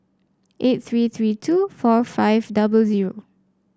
eight three three two four five double zero